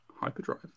Hyperdrive